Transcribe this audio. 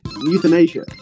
euthanasia